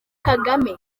kagame